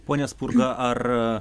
pone spurga ar